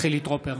חילי טרופר,